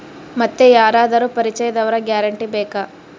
ಮತ್ತೆ ಯಾರಾದರೂ ಪರಿಚಯದವರ ಗ್ಯಾರಂಟಿ ಬೇಕಾ?